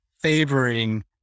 favoring